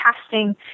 casting